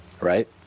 right